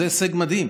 זה הישג מדהים.